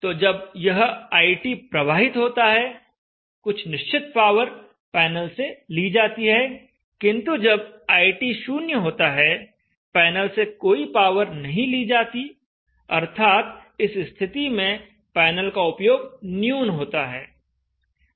तो जब यह IT प्रवाहित होता है कुछ निश्चित पावर पैनल से ली जाती है किंतु जब IT शून्य होता है पैनल से कोई पावर नहीं ली जाती अर्थात इस स्थिति में पैनल का उपयोग न्यून होता है